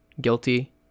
guilty